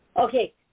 Okay